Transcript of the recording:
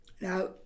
Now